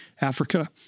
Africa